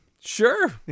Sure